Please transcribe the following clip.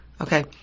okay